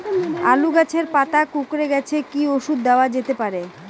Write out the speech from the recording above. আলু গাছের পাতা কুকরে গেছে কি ঔষধ দেওয়া যেতে পারে?